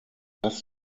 das